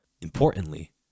Importantly